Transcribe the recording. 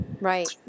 Right